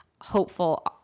hopeful